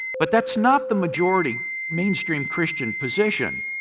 but that is not the majority mainstream christian position.